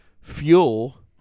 fuel